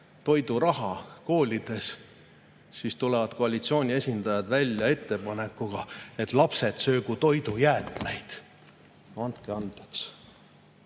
toiduraha koolides, tulevad koalitsiooni esindajad välja ettepanekuga, et lapsed söögu toidujäätmeid. No andke andeks